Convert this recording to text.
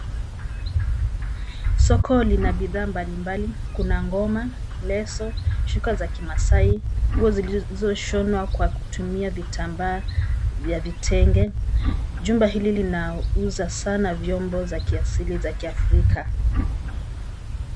Soko lina bidhaa mbalimbali, kuna ngoma, leso, shuka za kimasai, nguo zilizoshonwa kutumia vitambaa vya vitenge. Jumba hili linauza sana vyombo za kiasili za kiafrika.